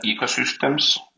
ecosystems